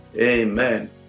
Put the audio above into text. Amen